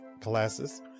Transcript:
classes